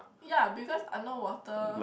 ya because underwater